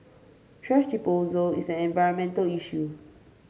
thrash disposal is an environmental issue